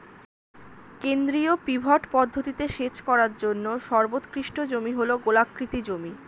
কেন্দ্রীয় পিভট পদ্ধতিতে সেচ করার জন্য সর্বোৎকৃষ্ট জমি হল গোলাকৃতি জমি